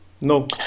No